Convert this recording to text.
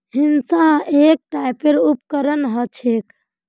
हंसिआ एक टाइपेर उपकरण ह छेक